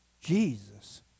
Jesus